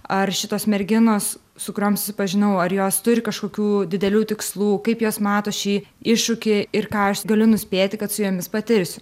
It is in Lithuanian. ar šitos merginos su kuriom susipažinau ar jos turi kažkokių didelių tikslų kaip jos mato šį iššūkį ir ką aš galiu nuspėti kad su jomis patirsiu